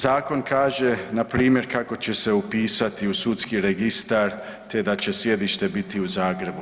Zakon kaže npr. kako će se upisati u Sudski registar te da će sjedište biti u Zagrebu.